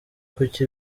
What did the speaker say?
kuki